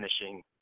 finishing